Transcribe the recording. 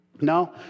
No